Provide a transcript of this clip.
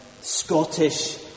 Scottish